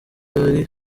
ari